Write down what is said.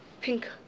pink